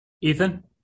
Ethan